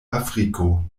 afriko